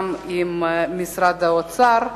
גם עם משרד האוצר,